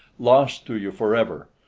lost to you forever,